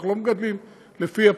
אנחנו לא מגדלים לפי ה-peak,